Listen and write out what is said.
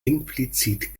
implizit